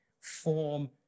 form